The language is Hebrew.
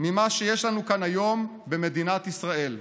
ממה שיש לנו כאן היום במדינת ישראל,